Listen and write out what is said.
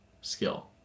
skill